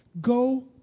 Go